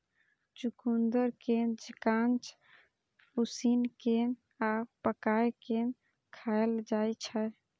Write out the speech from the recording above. चुकंदर कें कांच, उसिन कें आ पकाय कें खाएल जाइ छै